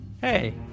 Hey